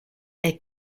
est